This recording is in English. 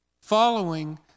following